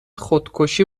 خودکشی